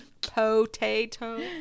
potato